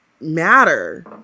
matter